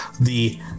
the-